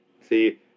See